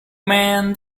man